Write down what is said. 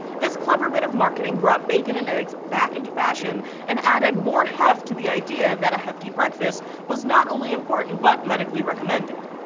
this clever bit of marketing brought bacon and eggs back into fashion and added more heft to the idea that a hefty breakfast was not only important but medically recommended.